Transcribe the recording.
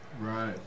Right